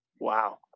Wow